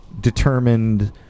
determined